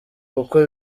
kuko